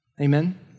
Amen